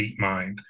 DeepMind